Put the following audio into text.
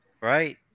right